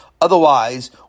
Otherwise